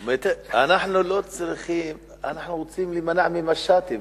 אנחנו רוצים להימנע ממשטים.